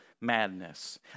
Madness